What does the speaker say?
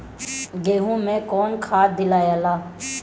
गेहूं मे कौन खाद दियाला?